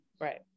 Right